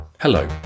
Hello